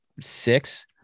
six